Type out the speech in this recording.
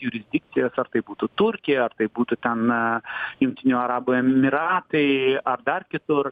jurisdikcijas ar tai būtų turkija ar tai būtų ten jungtinių arabų emyratai ar dar kitur